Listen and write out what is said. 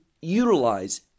utilize